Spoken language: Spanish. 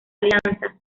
alianza